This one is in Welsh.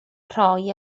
rhoi